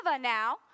now